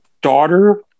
daughter